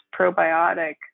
probiotic